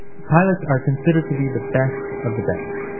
pilots are considered to be the best of the best,